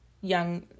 young